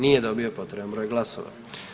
Nije dobio potreban broj glasova.